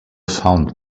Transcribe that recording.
found